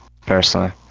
personally